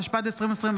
התשפ"ד 2024,